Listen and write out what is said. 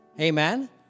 Amen